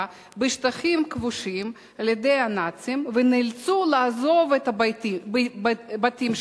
בשטחים כבושים על-ידי הנאצים ונאלצו לעזוב את הבתים שלהם,